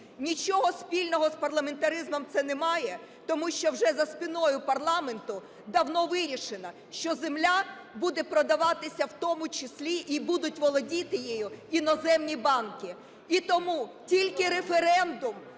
Нічого спільного з парламентаризмом це немає, тому що вже за спиною парламенту давно вирішено, що земля буде продаватися в тому числі і будуть володіти нею іноземні банки. І тому – тільки референдум!